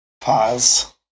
pause